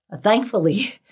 Thankfully